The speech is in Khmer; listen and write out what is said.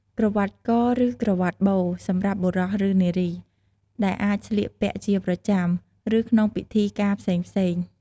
ក្រវាត់ក ឬក្រវាត់បូ សម្រាប់បុរស ឬនារី ដែលអាចស្លៀកពាក់ជាប្រចាំ ឬក្នុងពិធីការផ្សេងៗ។